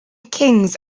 kings